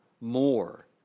more